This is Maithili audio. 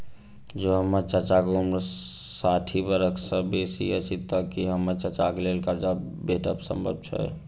जँ हम्मर चाचाक उम्र साठि बरख सँ बेसी अछि तऽ की हम्मर चाचाक लेल करजा भेटब संभव छै?